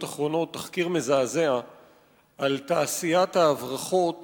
אחרונות" תחקיר מזעזע על תעשיית ההברחות